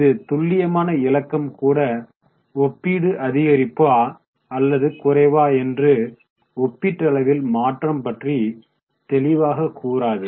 இந்த துல்லியமான இலக்கம் கூட ஒப்பீடு அதிகரிப்பா அல்லது குறைவா என்று ஒப்பீட்டளவில் மாற்றம் பற்றி தெளிவாக கூறாது